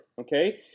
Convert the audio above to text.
okay